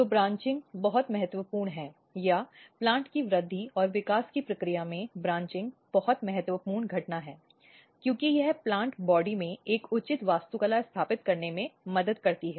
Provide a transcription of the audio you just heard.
तो ब्रांचिंग बहुत महत्वपूर्ण है या प्लांट की वृद्धि और विकास की प्रक्रिया में ब्रांचिंग बहुत महत्वपूर्ण घटना है क्योंकि यह प्लांट बॉडी में एक उचित वास्तुकला स्थापित करने में मदद करती है